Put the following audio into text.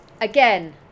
again